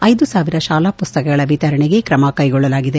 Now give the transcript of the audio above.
ಐದು ಸಾವಿರ ಶಾಲಾ ಪುಸ್ತಕಗಳ ವಿತರಣೆಗೆ ಕ್ರಮ ಕೈಗೊಳ್ಳಲಾಗಿದೆ